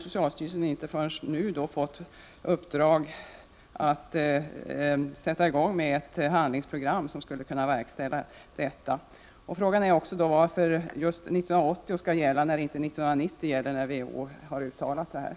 Socialstyrelsen har inte förrän nu fått uppdrag att sätta i gång med ett handlingsprogram som skulle kunna verkställa beslutet. Frågan är varför just 1980 skall gälla, när inte 1990 gäller, ett år som också anges i WHO:s uttalande.